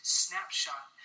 snapshot